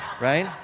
Right